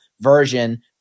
version